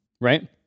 Right